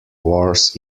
wars